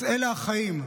אז "אלו החיים",